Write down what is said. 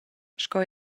sco